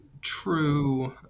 true